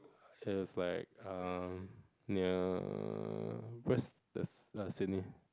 it was like um near west ~est err Sydney